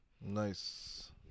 Nice